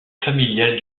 familiale